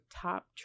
top